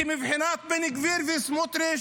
כי מבחינת בן גביר וסמוטריץ',